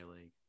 League